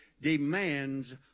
demands